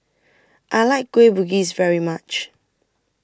I like Kueh Bugis very much